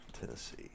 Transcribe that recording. Tennessee